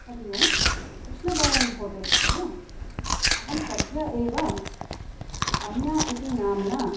Hari Om Krishnabhavan hotel खलु अहं सद्य एव रम्या इति नाम्ना